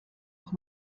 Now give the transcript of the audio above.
noch